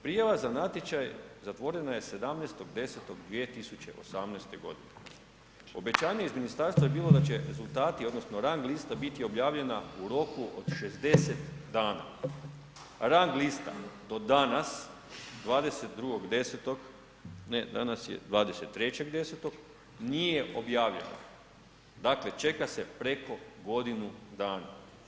Prijava za natječaj zatvorena je 17.10.2018.g., obećanje iz ministarstva je bilo da će rezultati odnosno rang lista biti objavljena u roku od 60 dana, rang lista do danas 22.10., ne danas je 23.10. nije objavljena, dakle čeka se preko godinu dana.